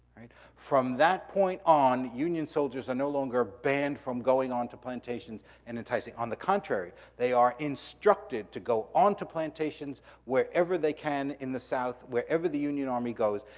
from that point on, union soldiers are no longer banned from going onto plantations and enticing. on the contrary, they are instructed to go onto plantations wherever they can in the south, wherever the union army goes.